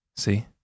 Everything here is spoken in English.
See